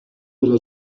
della